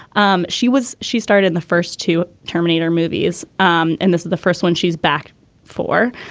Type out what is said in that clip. um she was she starred in the first two terminator movies um and this is the first one she's back for.